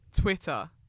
Twitter